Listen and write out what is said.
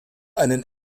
einen